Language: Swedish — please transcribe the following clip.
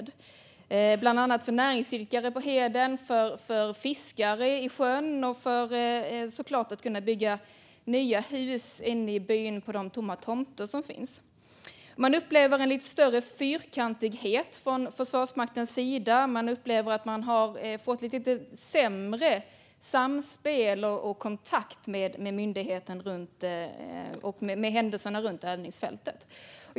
Det gäller bland annat för näringsidkare på heden, för fiskare vid sjön och såklart för dem som vill bygga nya hus inne i byn på de tomma tomter som finns. Man upplever en lite större fyrkantighet från Försvarsmaktens sida. Man upplever att man har fått lite sämre samspel och kontakt med myndigheten angående händelserna runt övningsfältet.